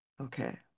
Okay